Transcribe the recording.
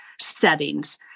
settings